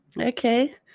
Okay